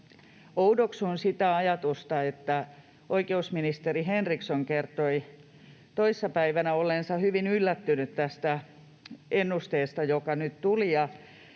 oudoksun sitä ajatusta, että oikeusministeri Henriksson kertoi toissa päivänä olleensa hyvin yllättynyt tästä ennusteesta, joka nyt tuli.